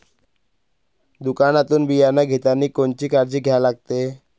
दुकानातून बियानं घेतानी कोनची काळजी घ्या लागते?